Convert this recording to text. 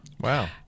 wow